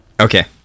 okay